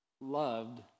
loved